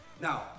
Now